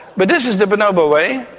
but this is the bonobo way.